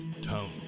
Tone